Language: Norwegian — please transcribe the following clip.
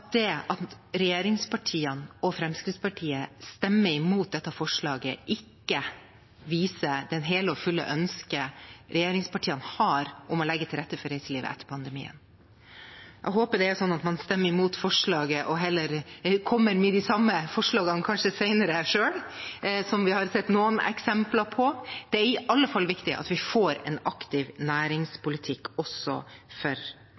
det at regjeringspartiene og Fremskrittspartiet stemmer imot dette forslaget, ikke viser det hele og fulle ønsket regjeringspartiene har om å legge til rette for reiselivet etter pandemien. Jeg håper det er sånn at man stemmer imot forslaget og heller kommer med de samme forslagene senere selv – som vi har sett noen eksempler på. Det er i alle fall viktig at vi får en aktiv næringspolitikk også for